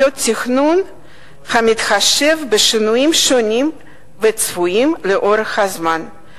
תכנון המתחשב בשינויים שונים וצפויים לאורך הזמן.